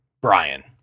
Brian